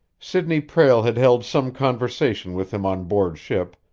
sidney prale had held some conversation with him on board ship,